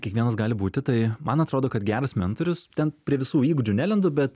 kiekvienas gali būti tai man atrodo kad geras mentorius ten prie visų įgūdžių nelendu bet